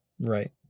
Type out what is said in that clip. Right